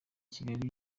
kigali